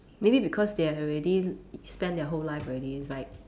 maybe because they have already spent their whole life already it's like